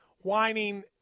Whining